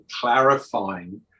clarifying